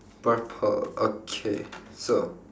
purple okay so